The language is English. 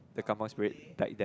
the Kampung spirit back then